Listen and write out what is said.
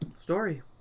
story